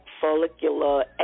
follicular